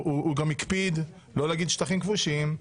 הוא גם הקפיד לא להגיד שטחים כבושים,